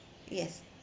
yes